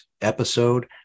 episode